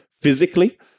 physically